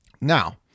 Now